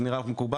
זה נראה לך מקובל?